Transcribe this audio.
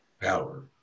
power